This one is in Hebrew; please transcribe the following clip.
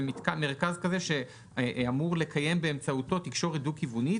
זה מרכז שאמורים לקיים באמצעותו תקשורת דו-כיוונית,